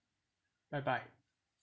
bye bye